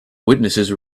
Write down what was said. witnesses